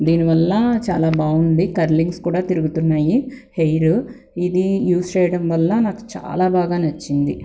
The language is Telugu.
దీని వల్ల చాలా బాగుంది కర్లింగ్స్ కూడా తిరుగుతున్నాయి హెయిరు ఇది యూస్ చేయటం వల్ల నాకు చాలా బాగా నచ్చింది